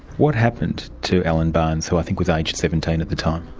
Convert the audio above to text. what happened to alan barnes, who i think was aged seventeen at the time?